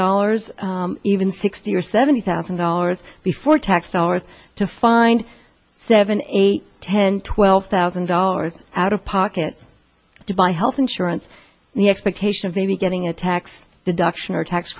dollars even sixty or seventy thousand dollars before tax dollars to find seven eight ten twelve thousand dollars out of pocket to buy health insurance the expectation of maybe getting a tax deduction or a tax